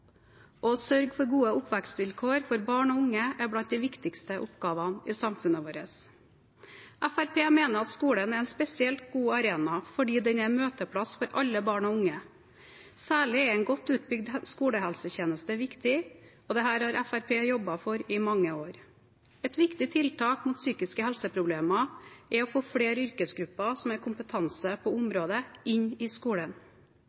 å sørge for gode oppvekstvilkår for barn og unge er blant de viktigste oppgavene i samfunnet. Fremskrittspartiet mener at skolen er en spesielt god arena fordi den er møteplass for alle barn og unge. Særlig er en godt utbygd skolehelsetjeneste viktig, og dette har Fremskrittspartiet jobbet for i mange år. Et viktig tiltak mot psykiske helseproblemer er å få flere yrkesgrupper som har kompetanse på området, inn i skolen.